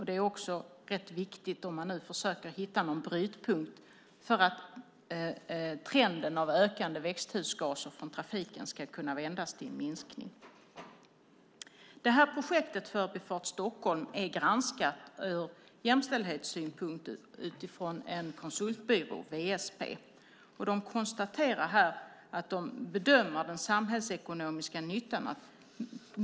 Det är också viktigt om man försöker hitta en brytpunkt för att trenden av ökande växthusgaser från trafiken ska kunna vändas till en minskning. Projektet Förbifart Stockholm är granskat ur jämställdhetssynpunkt av konsultbyrån WSP. De har bedömt den samhällsekonomiska nyttan.